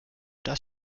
das